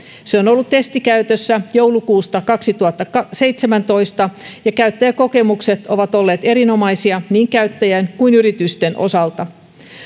se on on ollut testikäytössä joulukuusta kaksituhattaseitsemäntoista ja käyttäjäkokemukset ovat olleet erinomaisia niin käyttäjien kuin yritysten osalta